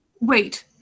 Wait